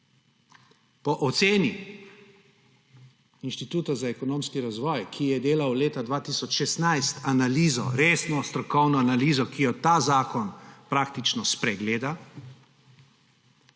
Po oceni Inštituta za ekonomski razvoj, ki je delal leta 2016 analizo, resno strokovno analizo, ki jo ta zakon praktično spregleda,